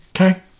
okay